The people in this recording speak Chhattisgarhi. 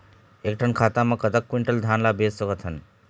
एक ठन खाता मा कतक क्विंटल धान ला बेच सकथन?